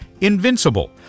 Invincible